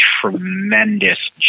tremendous